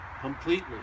completely